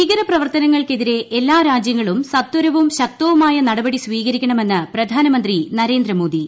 ഭീകരപ്രവർത്തനങ്ങൾക്കെതിരെ എല്ലാ രാജ്യങ്ങളും സത്വരവും ശക്തവുമായ നടപടി സ്വീകരിക്കണമെന്ന് പ്രധാനമന്ത്രി നരേന്ദ്രമോദി